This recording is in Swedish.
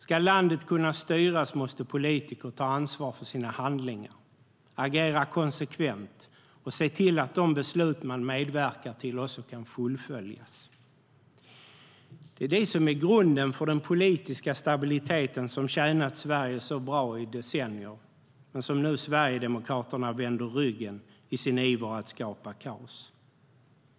Ska landet kunna styras måste politiker ta ansvar för sina handlingar, agera konsekvent och se till att de beslut man medverkar till kan fullföljas. Det är det som är grunden för den politiska stabiliteten som tjänat Sverige så bra i decennier men som nu Sverigedemokraterna vänder ryggen i sin iver att skapa kaos.